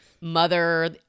mother